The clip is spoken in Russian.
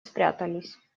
спрятались